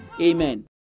Amen